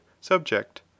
subject